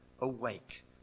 awake